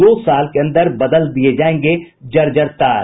दो साल के अंदर बदल दिये जायेंगे जर्जर तार